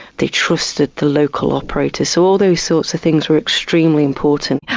they trusted the local operators so all those sorts of things were extremely important.